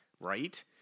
Right